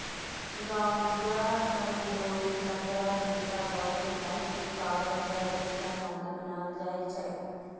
गांजा सं डोरी, कपड़ा, जूता, बायोप्लास्टिक, कागज, जैव ईंधन आदि बनाएल जाइ छै